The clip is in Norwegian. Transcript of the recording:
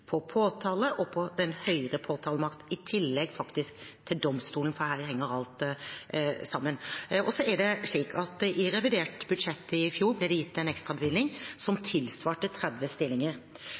og Den høyere påtalemyndighet, faktisk i tillegg til domstolen, for her henger alt sammen. I revidert budsjett i fjor ble det gitt en ekstrabevilgning som tilsvarte 30 stillinger.